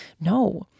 No